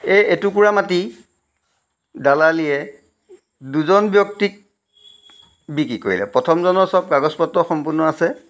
এই এটোকোৰা মাটি দালালিয়ে দুজন ব্যক্তিক বিকি কৰিলে প্ৰথমজনৰ চব কাগজ পত্ৰ সম্পূৰ্ণ আছে